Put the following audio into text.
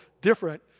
different